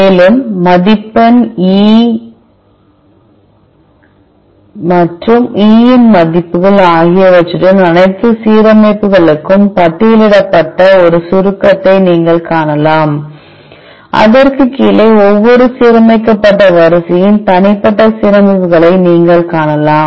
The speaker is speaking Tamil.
மேலும் மதிப்பெண் மற்றும் E ன் மதிப்புகள் ஆகியவற்றுடன் அனைத்து சீரமைப்புகளும் பட்டியலிடப்பட்ட ஒரு சுருக்கத்தை நீங்கள் காணலாம் அதற்குக் கீழே ஒவ்வொரு சீரமைக்கப்பட்ட வரிசையின் தனிப்பட்ட சீரமைப்புகளையும் நீங்கள் காணலாம்